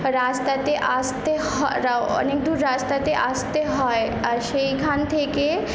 রাস্তাতে আসতে হ অনেক দূর রাস্তাতে আসতে হয় আর সেইখান থেকে